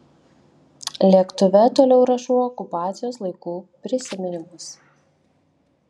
lėktuve toliau rašau okupacijos laikų prisiminimus